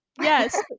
Yes